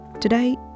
Today